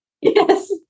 Yes